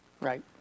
Right